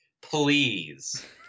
Please